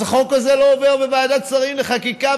אז החוק הזה לא עובר בוועדת שרים לחקיקה.